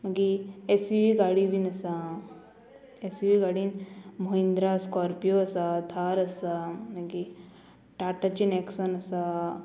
मागी एसय गाडी बीन आसा एसयू गाडीन महिंद्रा स्कॉर्पियो आसा थार आसा मागी टाटाचे नॅक्सन आसा